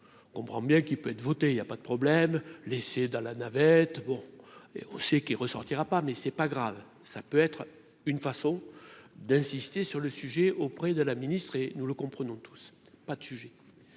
on comprend bien qu'il peut être votée il y a pas de problème, laisser dans la navette bon et on sait qu'il ressortira pas mais c'est pas grave, ça peut être une façon d'insister sur le sujet auprès de la ministre et nous le comprenons tous, pas de sujet,